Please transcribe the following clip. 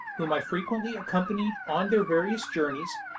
whom i frequently accompanied on their various journeys,